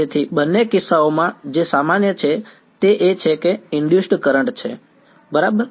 તેથી બંને કિસ્સાઓમાં જે સામાન્ય છે તે એ છે કે ઇનડયુસડ્ કરંટ છે બરાબર